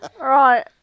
Right